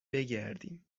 بگردیم